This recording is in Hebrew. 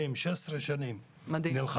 בואו נחזור חזרה לעניין, נעסוק פחות בפוליטיקה.